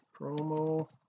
promo